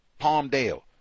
Palmdale